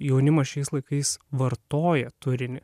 jaunimas šiais laikais vartoja turinį